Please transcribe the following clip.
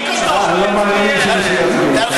אה, לא מאמינים שמישהו יצביע, אתה אומר.